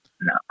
No